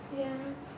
ya